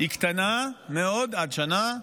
קטנה מאוד, עד שנה.